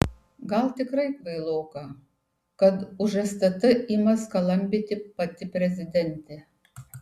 gal tikrai kvailoka kai už stt ima skalambyti pati prezidentė